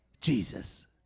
Jesus